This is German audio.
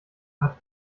hat